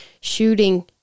shooting